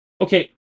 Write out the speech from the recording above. Okay